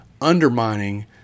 undermining